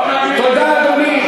בוא נעמיד, תודה, אדוני.